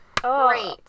great